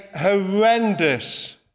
horrendous